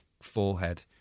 forehead